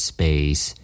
Space